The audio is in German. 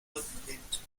rückenwind